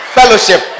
Fellowship